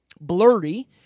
blurry